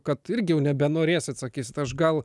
kad irgi jau nebenorėsit sakysit aš gal